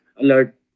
alert